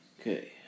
Okay